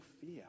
fear